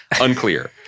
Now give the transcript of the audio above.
unclear